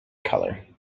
color